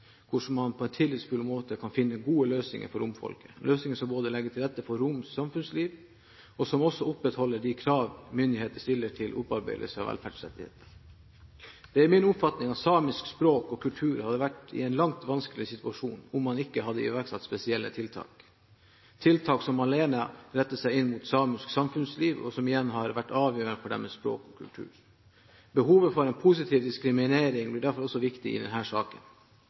hvordan man på en tillitsfull måte kan finne gode løsninger for romfolket, løsninger som både legger til rette for roms samfunnsliv, og som også opprettholder de krav myndigheter stiller til opparbeidelse av velferdsrettigheter. Det er min oppfatning at samisk språk og kultur ville vært i en langt vanskeligere situasjon om man ikke hadde iverksatt spesielle tiltak – tiltak som alene retter seg inn mot samisk samfunnsliv, og som igjen har vært avgjørende for deres språk og kultur. Behovet for en positiv diskriminering blir derfor også viktig i denne saken.